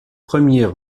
premier